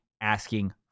asking